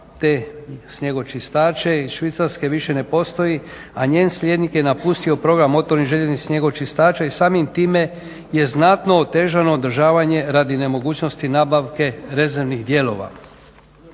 te snjegočistače iz Švicarske više ne postoji, a njen sljednik je napustio program motornih željeznih snjegočistača i samim time je znatno otežano održavanje radi nemogućnosti nabavke rezervnih dijelova.